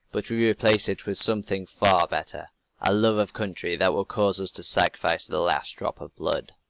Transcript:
but we replace it with something far better a love of country that will cause us to sacrifice the last drop of blood.